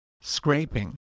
Scraping